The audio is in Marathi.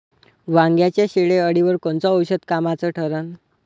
वांग्याच्या शेंडेअळीवर कोनचं औषध कामाचं ठरन?